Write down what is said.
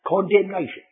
Condemnation